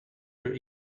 your